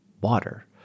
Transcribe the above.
water